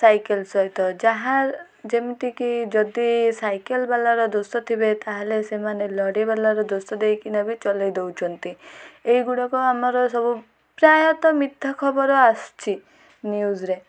cycle ସହିତ ଯାହା ଯେମିତିକି ଯଦି ସାଇକେଲ୍ ବାଲାର ଦୋଷ ଥିବେ ତା'ହେଲେ ସେମାନେ ଲଢ଼େଇବାଲାର ଦୋଷ ଦେଇକିନା ବି ଚଲେଇ ଦେଉଛନ୍ତି ଏଇଗୁଡ଼ାକ ଆମର ସବୁ ପ୍ରାୟତଃ ମିଥ୍ୟା ଖବର ଆସୁଛି ନ୍ୟୁଜ୍ରେ